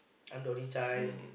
I'm the only child